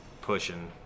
pushing